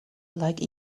like